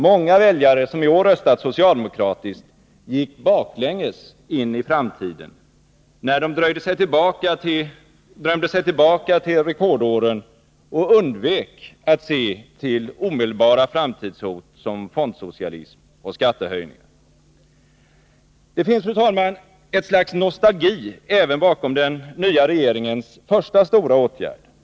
Många väljare som i år röstade socialdemokratiskt gick baklänges in i framtiden, när de drömde sig tillbaka till rekordåren och undvek att se till omedelbara framtidshot som fondsocialism och skattehöjningar. Det finns, fru talman, ett slags nostalgi även bakom den nya regeringens första stora åtgärd.